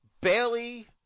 Bailey